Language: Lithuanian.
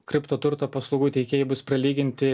kripto turto paslaugų teikėjai bus prilyginti